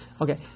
Okay